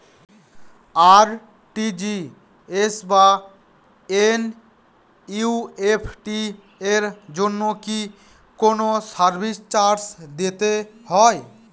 RTGS বা NEFT এর জন্য কি কোনো সার্ভিস চার্জ দিতে হয়?